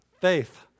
faith